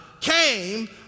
came